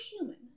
human